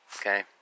Okay